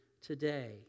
today